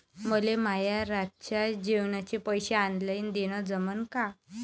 मले माये रातच्या जेवाचे पैसे ऑनलाईन देणं जमन का?